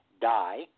die